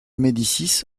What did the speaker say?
médicis